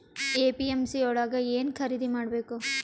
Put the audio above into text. APMC ಯೊಳಗ ಏನ್ ಖರೀದಿದ ಮಾಡ್ಬೇಕು?